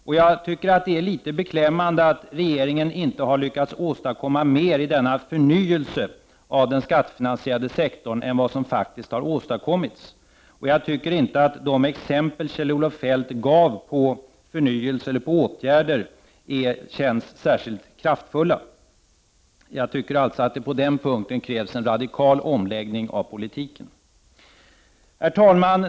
Det är litet beklämmande att regeringen inte har lyckats åstadkomma mer i denna förnyelse i den skattefinansierade sektorn. Jag tycker inte att de exempel som Kjell-Olof Feldt gav när det gäller förnyelse av åtgärder verkar särskilt kraftfulla. På den punkten krävs det en radikal omläggning av politiken. Herr talman!